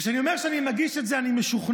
כשאני אומר שאני מגיש את זה, אני משוכנע